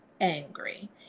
angry